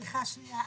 סליחה שניה,